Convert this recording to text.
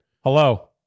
Hello